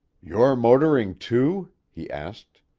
you're motoring, too? he asked.